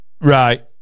Right